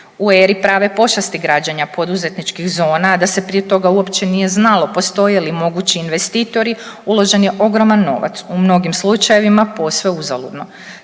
U eri prave pošasti građenja poduzetničkih zona, a da se prije toga uopće nije znalo postoje li mogući investitori uložen je ogroman novac, u mnogim slučajevima posve uzaludno.